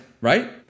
right